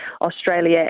Australia